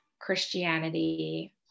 christianity